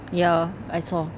ya I saw